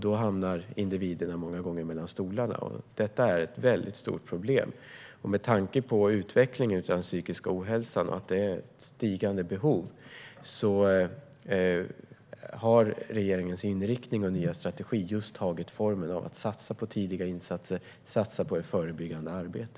Då hamnar individer många gånger mellan stolarna, och det är ett stort problem. Med tanke på att utvecklingen när det gäller psykisk ohälsa visar på ett växande behov har regeringens inriktning och nya strategi tagit formen av att satsa på tidiga insatser och förebyggande arbete.